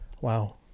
Wow